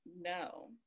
No